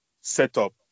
setup